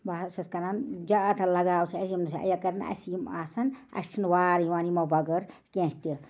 بہٕ حظ چھَس کران زیادٕ لگاو چھِ اَسہِ ییٚمِس اگر نہٕ اَسہِ یِم آسَن اَسہِ چھِنہٕ وار یِوان یِمو بغٲر کیٚنہہ تہِ